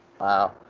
Wow